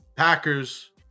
Packers